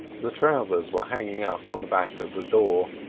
the trousers were hanging up on the back of the door,